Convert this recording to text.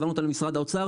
העברנו אותן למשרד האוצר,